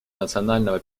национального